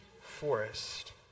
forest